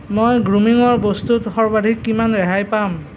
মই গ্ৰুমিঙৰ বস্তুত সৰ্বাধিক কিমান ৰেহাই পাম